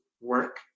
work